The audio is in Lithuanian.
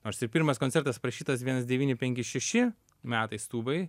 nors ir pirmas koncertas aprašytas vienas devyni penki šeši metais tūbai